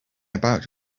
about